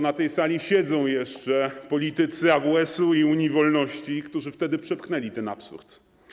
Na tej sali siedzą jeszcze politycy AWS-u i Unii Wolności, którzy wtedy przepchnęli ten absurd.